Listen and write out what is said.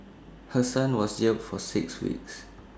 her son was jailed for six weeks